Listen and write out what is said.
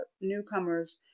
Newcomers